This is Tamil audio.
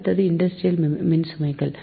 அடுத்தது இண்டஸ்ட்ரியல் மின்சுமைகள்